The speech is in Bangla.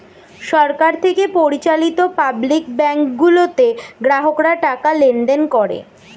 সরকার থেকে পরিচালিত পাবলিক ব্যাংক গুলোতে গ্রাহকরা টাকা লেনদেন করে